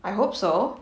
I hope so